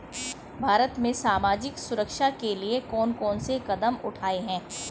भारत में सामाजिक सुरक्षा के लिए कौन कौन से कदम उठाये हैं?